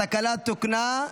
התקלה תוקנה.